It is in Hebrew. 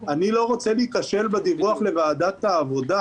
אני לא רוצה להיכשל בדיווח לוועדת העבודה,